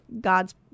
God's